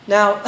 Now